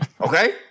Okay